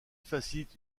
facilite